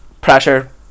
pressure